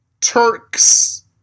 Turks